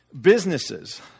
Businesses